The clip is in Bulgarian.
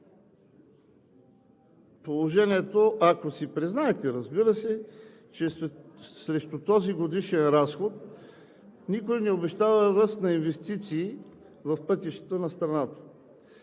положението, ако си признаете, разбира се, че срещу този годишен разход никой не обещава ръст на инвестиции в пътищата на страната.